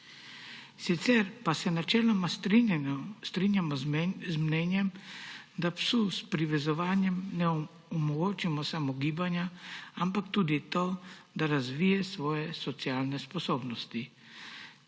Sicer pa se načeloma strinjamo z mnenjem, da psu s privezovanjem ne onemogočimo samo gibanja, ampak tudi to, da razvije svoje socialne sposobnosti.